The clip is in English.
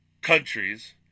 countries